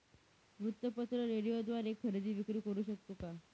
वृत्तपत्र, रेडिओद्वारे खरेदी विक्री करु शकतो का?